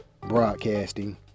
broadcasting